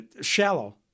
Shallow